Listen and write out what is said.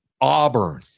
Auburn